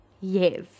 yes